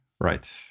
Right